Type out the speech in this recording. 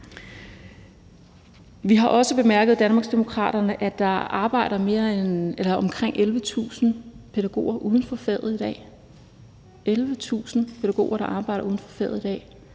i Danmarksdemokraterne, at der arbejder omkring 11.000 pædagoger uden for faget i dag